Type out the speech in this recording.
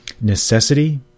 Necessity